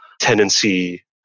tendency